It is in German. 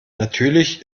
natürlich